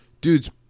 Dude's